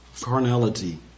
carnality